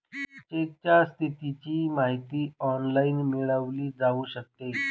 चेकच्या स्थितीची माहिती ऑनलाइन मिळवली जाऊ शकते